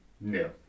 No